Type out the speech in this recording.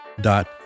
dot